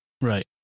Right